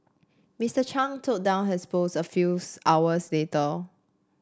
Mister Chung took down hers post a few hours dater